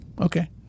Okay